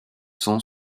sens